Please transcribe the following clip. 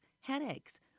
headaches